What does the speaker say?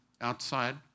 outside